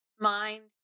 mind